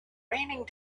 raining